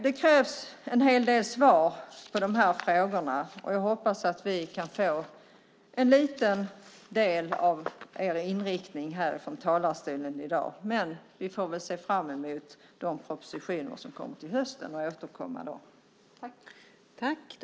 Det krävs en hel del svar på dessa frågor, och jag hoppas att vi här i dag lite grann kan få ta del av er inriktning. Men vi får se fram mot de propositioner som kommer till hösten och återkomma då.